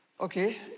okay